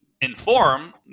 inform